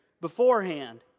beforehand